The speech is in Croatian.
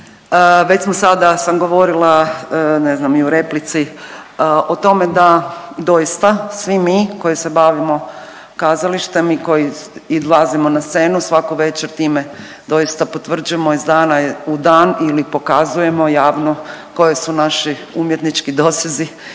Već smo sada, sam govorila ne znam i u replici o tome da doista svi mi koji se bavimo kazalištem i koji izlazimo na scenu svako večer time doista potvrđujemo iz dana u dan ili pokazujemo javno koji su naši umjetnički dosezi